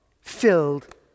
filled